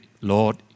Lord